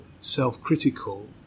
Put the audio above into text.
self-critical